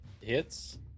hits